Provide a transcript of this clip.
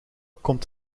komt